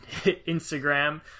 instagram